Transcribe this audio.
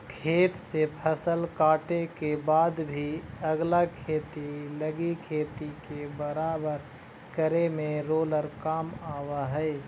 खेत से फसल काटे के बाद भी अगला खेती लगी खेत के बराबर करे में रोलर काम आवऽ हई